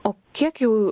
o kiek jau